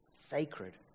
sacred